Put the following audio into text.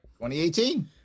2018